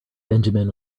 benjamin